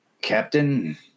Captain